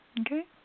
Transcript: Okay